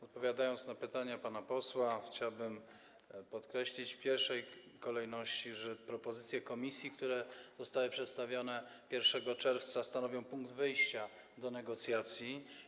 Odpowiadając na pytania pana posła, chciałbym podkreślić w pierwszej kolejności, że propozycje Komisji, które zostały przedstawione 1 czerwca, stanowią punkt wyjścia do negocjacji.